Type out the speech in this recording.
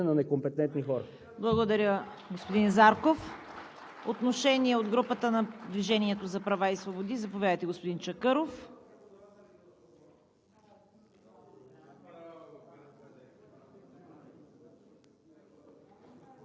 е бедствено. Бедствените положения са неизбежни, ако управлението е в ръцете на некомпетентни хора.